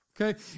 okay